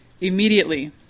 immediately